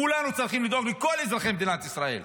כולנו צריכים לדאוג לכל אזרחי מדינת ישראל,